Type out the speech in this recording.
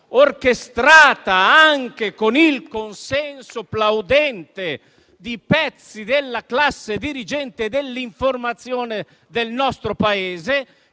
orchestrata anche con il consenso plaudente di pezzi della classe dirigente e dell'informazione del nostro Paese,